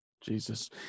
Jesus